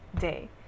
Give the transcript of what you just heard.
day